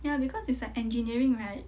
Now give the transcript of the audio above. ya because it's like engineering right